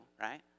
right